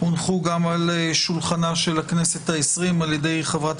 הונחו גם על שולחן הכנסת ה-20 על ידי חברת